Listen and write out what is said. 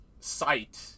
sight